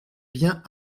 bien